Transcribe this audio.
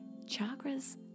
Chakras